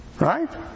Right